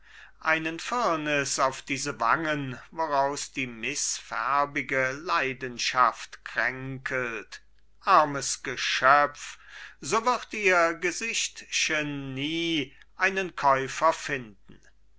einen firnis auf diese wangen woraus die mißfärbige leidenschaft kränkelt armes geschöpf so wird ihr gesichtchen nie einen käufer finden